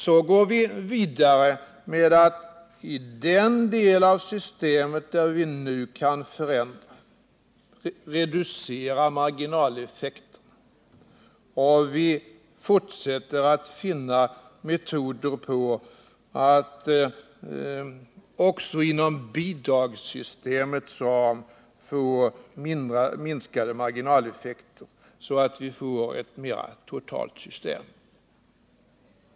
Så går vi vidare med den del av systemet där vi nu kan reducera marginaleffekten, och vi fortsätter att finna metoder för att få minskade marginaleffekter också inom bidragssystemets ram, så att vi får ett mera totalt system.